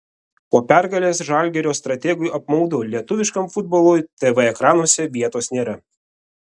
po pergalės žalgirio strategui apmaudu lietuviškam futbolui tv ekranuose vietos nėra